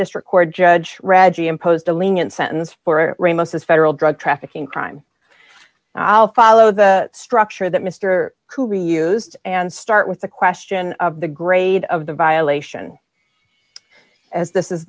district court judge reggie imposed a lenient sentence for ramos a federal drug trafficking crime i'll follow the structure that mr couey used and start with the question of the grade of the violation as this is